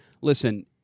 listen –